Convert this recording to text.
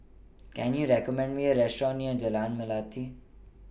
Can YOU recommend Me A Restaurant near Jalan Melati